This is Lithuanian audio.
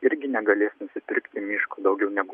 irgi negalės nusipirkti miško daugiau negu